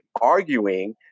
arguing